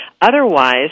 Otherwise